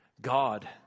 God